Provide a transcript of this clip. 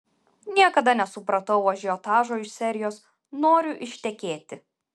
niekada nesupratau ažiotažo iš serijos noriu ištekėti